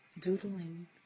doodling